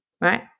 right